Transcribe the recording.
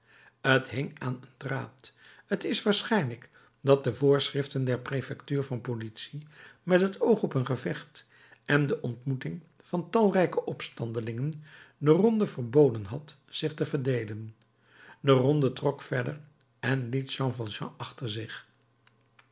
t hing aan een draad t is waarschijnlijk dat de voorschriften der prefectuur van politie met het oog op een gevecht en de ontmoeting van talrijke opstandelingen de ronde verboden had zich te verdeelen de ronde trok verder en liet jean valjean achter zich